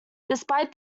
despite